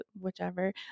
whichever